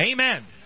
Amen